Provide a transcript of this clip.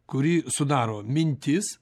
kurį sudaro mintis